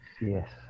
Yes